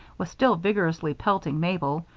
was still vigorously pelting mabel,